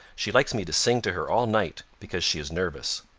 she likes me to sing to her all night, because she is nervous.